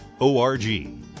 O-R-G